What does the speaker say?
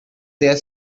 there